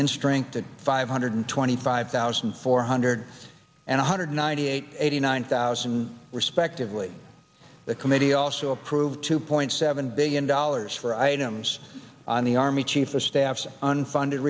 in strength that five hundred twenty five thousand four hundred and one hundred ninety eight eighty nine thousand respectively the committee also approved two point seven billion dollars for items on the army chief of staff's unfunded